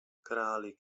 králik